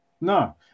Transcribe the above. no